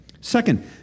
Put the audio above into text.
Second